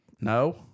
No